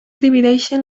divideixen